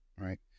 right